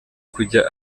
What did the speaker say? kujya